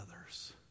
others